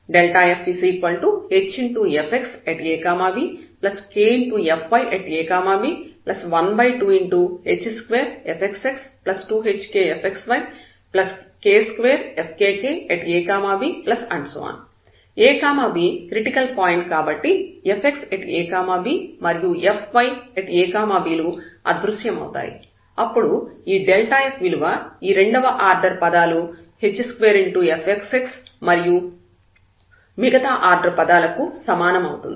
fhfxabkfyab12h2fxx2hkfxyk2fkkab ab critical point కాబట్టి fxab మరియు fyab లు అదృశ్యమవుతాయి అప్పుడు ఈ f విలువ ఈ రెండవ ఆర్డర్ పదాలు h2fxx మరియు మిగతా ఆర్డర్ పదాలకు సమానం అవుతుంది